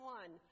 one